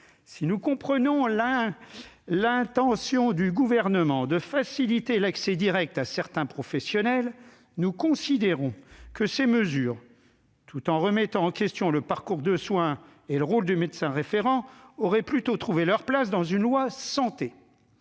Si nous comprenons l'intention du Gouvernement de faciliter l'accès direct à certains professionnels, nous considérons que ces mesures, tout en remettant en question le parcours de soins et le rôle du médecin référent, auraient plutôt trouvé leur place dans une loi Santé.